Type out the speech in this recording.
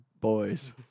boys